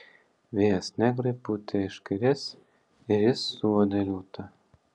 vėjas negrui pūtė iš kairės ir jis suuodė liūtą